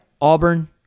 Auburn